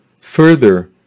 further